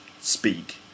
speak